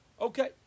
Okay